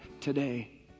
today